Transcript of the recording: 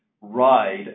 ride